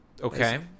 okay